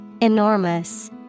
Enormous